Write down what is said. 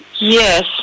Yes